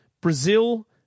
Brazil